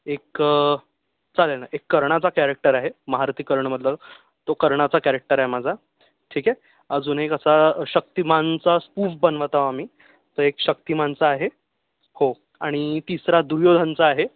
एक चालेल ना एक कर्णाचा कॅरॅक्टर आहे महारथी कर्णमधलं तो कर्णाचा कॅरॅक्टर आहे माझा ठीक आहे अजून एक असा शक्तिमानचा स्पूफ बनवत आहोत आम्ही तर एक शक्तिमानचा आहे हो आणि तिसरा दुर्योधनचा आहे